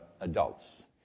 adults